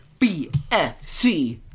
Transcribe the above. BFC